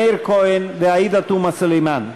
מאיר כהן ועאידה תומא סלימאן.